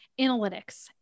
analytics